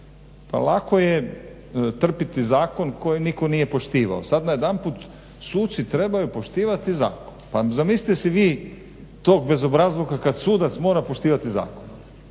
Pa lako je trpiti zakon koji nitko nije poštivao. Sada najedanput suci trebaju poštivati zakon. pa zamislite si vi tog bezobrazluka kada sudac treba poštivati zakon.